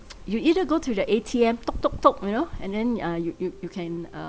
you either go to the A_T_M you know and then ah you you you can uh